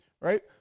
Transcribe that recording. right